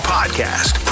Podcast